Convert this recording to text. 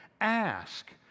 ask